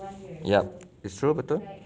yup it's true betul